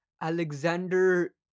Alexander